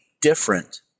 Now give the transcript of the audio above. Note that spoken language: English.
different